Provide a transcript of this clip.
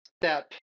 step